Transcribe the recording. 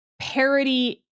parody